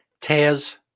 Taz